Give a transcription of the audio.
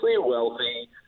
wealthy